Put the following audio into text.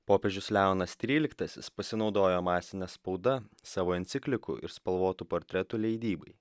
popiežius leonas tryliktasis pasinaudojo masine spauda savo enciklikų ir spalvotų portretų leidybai